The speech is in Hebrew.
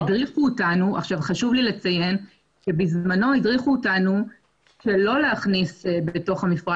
חשוב לי לציין שבזמנו הדריכו אותנו שלא להכניס בתוך המפרט